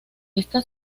esta